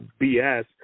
BS